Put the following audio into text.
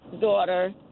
daughter